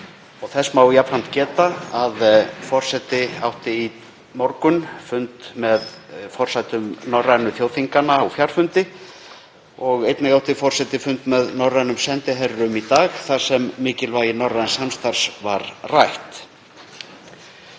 Þess má jafnframt geta að forseti átti í morgun fund með forsetum norrænu þjóðþinganna og fjarfundi og einnig átti forseti fund með norrænum sendiherrum í dag þar sem mikilvægi norræns samstarfs var rætt.